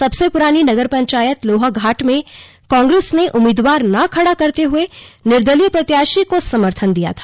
सबसें पुरानी नगर पंचायत लोहाघाट में कांग्रेस ने उम्मीदवार न खड़ा करते हुए निदर्लीय प्रत्याशी को समर्थन दिया था